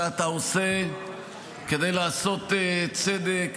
שאתה עושה כדי לעשות צדק